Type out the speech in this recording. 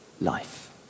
life